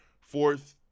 fourth